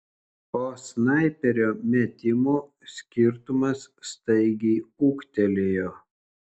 po snaiperio metimų skirtumas staigiai ūgtelėjo